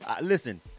Listen